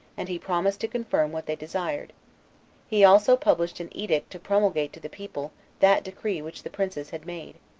and he promised to confirm what they desired he also published an edict to promulgate to the people that decree which the princes had made.